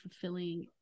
fulfilling